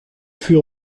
fut